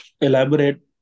elaborate